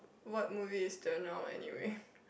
what movie is the now anyway